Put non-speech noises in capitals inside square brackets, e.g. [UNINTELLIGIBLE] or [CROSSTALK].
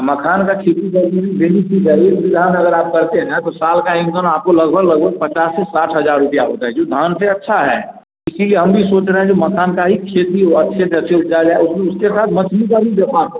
मखान की खेती [UNINTELLIGIBLE] बेनिफिट है एक बीघा में अगर आप करते हैं तो साल का इनकम आपको लगभग लगभग पचास से साठ हज़ार रुपये होता है जो धान से अच्छा है इसी लिए हम भी सोंच रहें जो मखान का ही खेती वो अच्छे से अच्छे किया जाए उस में उसके साथ मछली का भी व्यापार हो